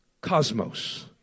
cosmos